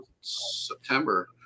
September